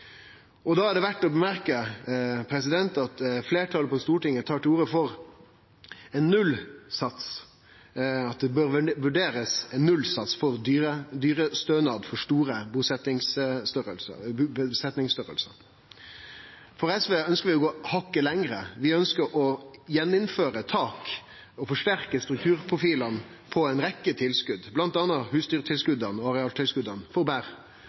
tid. Da er det verdt å nemne at fleirtalet på Stortinget tar til orde for at det bør vurderast ein nullsats for dyrestønad for store besetningsstørrelsar. SV ønskjer å gå hakket lenger. Vi ønskjer å gjeninnføre tak og forsterke strukturprofilen på ei rekkje tilskot, bl.a. husdyrtilskota og